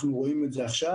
אנחנו רואים את זה עכשיו,